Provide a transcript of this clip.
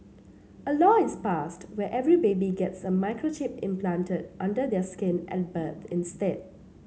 a law is passed where every baby gets a microchip implanted under their skin at birth instead